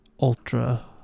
ultra